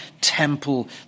temple